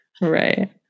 Right